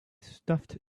stuffed